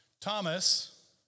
Thomas